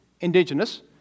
indigenous